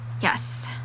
Yes